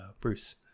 Bruce